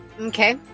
Okay